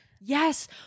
Yes